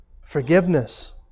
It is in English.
Forgiveness